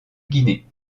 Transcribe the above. guinée